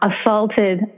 assaulted